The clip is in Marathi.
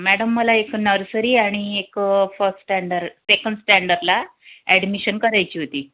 मॅडम मला एक नर्सरी आणि एक फर्स्ट स्टँडर सेकंड स्टँडरला ॲडमिशन करायची होती